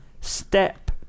step